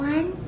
One